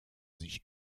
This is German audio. sich